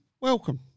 Welcome